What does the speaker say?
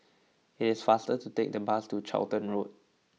It is faster to take the bus to Charlton Road